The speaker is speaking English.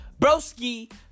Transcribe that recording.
Broski